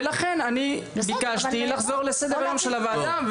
אל ----- ולכן אני ביקשתי לחזור לסדר-היום של הוועדה,